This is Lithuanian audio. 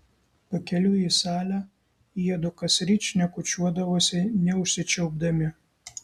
pakeliui į salę jiedu kasryt šnekučiuodavosi neužsičiaupdami